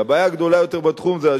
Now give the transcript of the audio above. כי הבעיה הגדולה יותר בתחום זה,